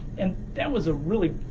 and that was a really.